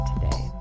today